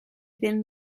ddim